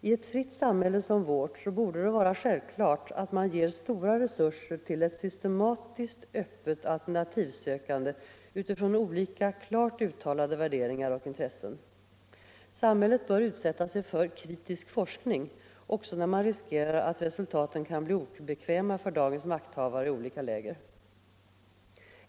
I ett fritt samhälle som vårt borde det vara självklart att man ger stora resurser till ett systematiskt, öppet alternativsökande utifrån olika klart uttalade värderingar och intressen. Samhället bör utsätta sig för kritisk forskning, också när man riskerar att resultaten kan bli obekväma för dagens makthavare i olika läger.